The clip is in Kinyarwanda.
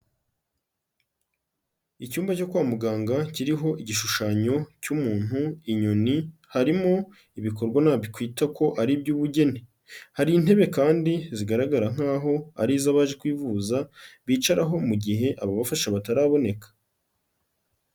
Icyumba cyo kwa muganga kiriho igishushanyo cy'umuntu, inyoni, harimo ibikorwa nakwita ko ari iby'ubugeni, hari intebe kandi zigaragara nkaho ari iz'abaje kwivuza bicaraho mu gihe ababafasha bataraboneka.